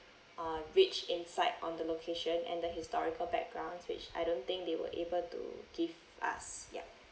uh rich insight on the location and the historical backgrounds which I don't think they were able to give us yup